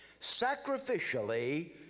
sacrificially